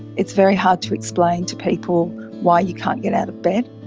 it's very hard to explain to people why you can't get out of bed,